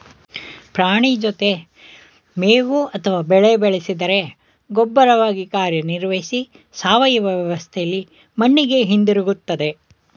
ಪ್ರಾಣಿ ಜೊತೆ ಮೇವು ಅಥವಾ ಬೆಳೆ ಬೆಳೆಸಿದರೆ ಗೊಬ್ಬರವಾಗಿ ಕಾರ್ಯನಿರ್ವಹಿಸಿ ಸಾವಯವ ವ್ಯವಸ್ಥೆಲಿ ಮಣ್ಣಿಗೆ ಹಿಂದಿರುಗ್ತದೆ